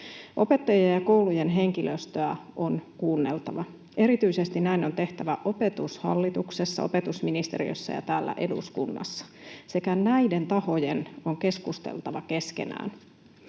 Opettajien ja koulujen henkilöstöä on kuunneltava. Erityisesti näin on tehtävä Opetushallituksessa, opetusministeriössä ja täällä eduskunnassa, sekä näiden tahojen on keskusteltava keskenään.